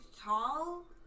tall